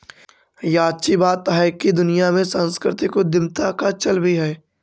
याची बात हैकी दुनिया में सांस्कृतिक उद्यमीता का चल भी है